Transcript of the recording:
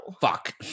fuck